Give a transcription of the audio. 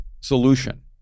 solution